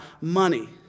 money